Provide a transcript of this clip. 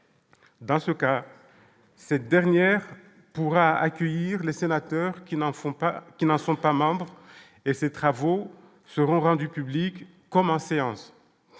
dans ce cas, cette dernière pourra accueillir les sénateurs qui n'en font pas, qui n'en sont pas membres et ces travaux seront rendus publics comment séance